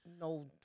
no